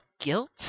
guilt